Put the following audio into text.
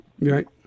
Right